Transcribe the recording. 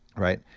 right?